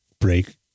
break